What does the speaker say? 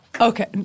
Okay